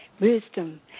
wisdom